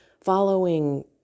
following